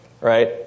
right